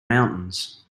mountains